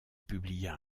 publia